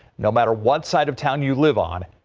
no matter what side of town you live on.